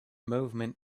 movement